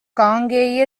காங்கேய